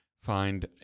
find